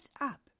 up